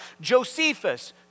Josephus